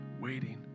waiting